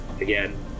again